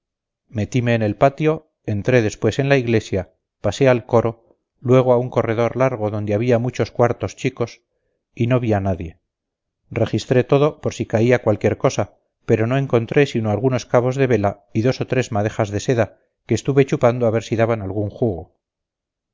me colé dentro metime en el patio entré después en la iglesia pasé al coro luego a un corredor largo donde había muchos cuartos chicos y no vi a nadie registré todo por si caía cualquier cosa pero no encontré sino algunos cabos de vela y dos o tres madejas de seda que estuve chupando a ver si daban algún jugo